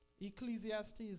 Ecclesiastes